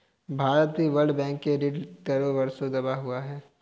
भारत भी World Bank के ऋण के तले वर्षों से दबा हुआ है